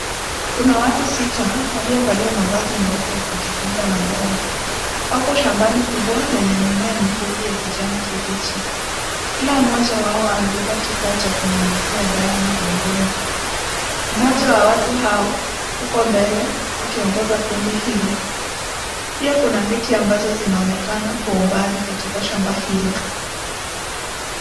Kuna watu sita waliovalia mavazi meupe ya kujikinga na dawa. Hapo shambani kubwa lenye mimea mifupi ya kijani kibichi. Kila moja wao amevaa kifaa cha kunyunyuzia dawa mgongoni. Mmoja wa watu hao huku mbele akiongoza kundi hilo. Pia kuna miti ambazo zinaonekana kwa umbali katika shamba hilo.